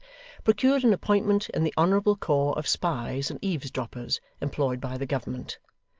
procured an appointment in the honourable corps of spies and eavesdroppers employed by the government.